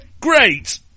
Great